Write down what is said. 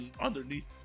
underneath